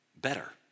better